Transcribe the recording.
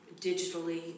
digitally